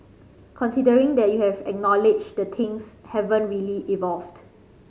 considering that you have acknowledged the things haven't really evolved